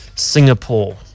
singapore